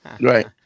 Right